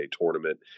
tournament